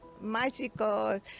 magical